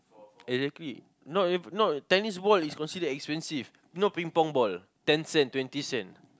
exactly not not tennis ball is considered expensive no Ping-Pong ball ten cent twenty cent